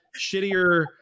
shittier